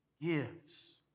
gives